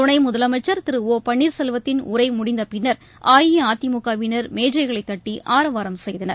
துணை முதலமைச்சர் திரு ஒ பன்னீர்செல்வத்தின் உரை முடிந்த பின்னர் அஇஅதிமுகவினர் மேஜைகளை தட்டி ஆரவாரம் செய்தனர்